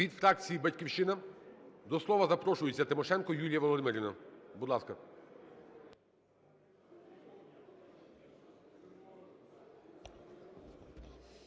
Від фракції "Батьківщина" до слова запрошується Тимошенко Юлія Володимирівна. Будь ласка.